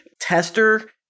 tester